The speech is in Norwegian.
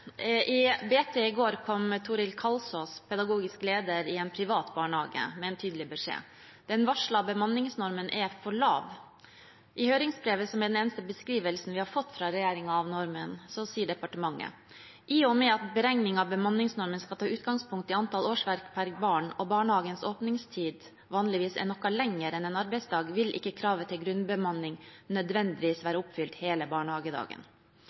I BT i går kom Toril Kalsås, pedagogisk leder i en privat barnehage, med en tydelig beskjed: Den varslede bemanningsnormen er for lav. I høringsnotatet, som er den eneste beskrivelsen av normen vi har fått fra regjeringen, sier departementet: «I og med at beregningen av bemanningsnormen skal ta utgangspunkt i antall årsverk per barn, og barnehagens åpningstid vanligvis er noe lenger enn en arbeidsdag, vil ikke kravet til grunnbemanning nødvendigvis være oppfylt hele barnehagedagen.»